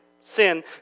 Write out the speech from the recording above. sin